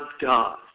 God